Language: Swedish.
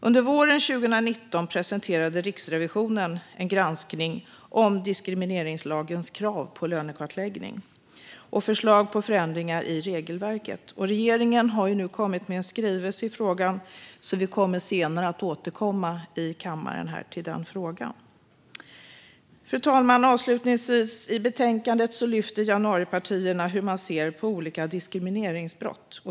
Under våren 2019 presenterade Riksrevisionen en granskning av diskrimineringslagens krav på lönekartläggning och förslag på förändringar i regelverket. Regeringen har nu kommit med en skrivelse i frågan, så vi kommer att återkomma i kammaren till den frågan senare. Avslutningsvis, fru talman: I betänkandet lyfter januaripartierna fram hur man ser på olika diskrimineringsbrott.